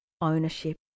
ownership